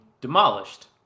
demolished